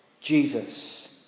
Jesus